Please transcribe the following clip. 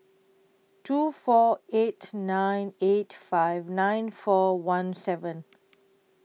two four eight nine eight five nine four one seven